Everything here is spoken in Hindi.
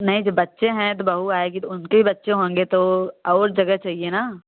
नहीं जो बच्चे हैं तो बहू आएगी तो उनके भी बच्चे होंगे तो और जगह चहिए ना